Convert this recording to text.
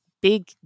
big